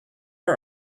are